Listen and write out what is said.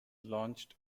launched